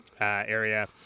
area